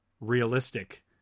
realistic